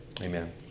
amen